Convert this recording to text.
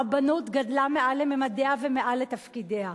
הרבנות גדלה מעל לממדיה ומעל לתפקידיה,